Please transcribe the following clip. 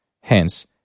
Hence